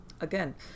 Again